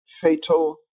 fatal